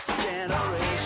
generation